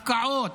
הפקעות,